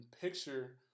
picture